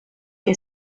que